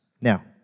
Now